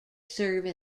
serve